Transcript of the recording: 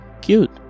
cute